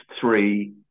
three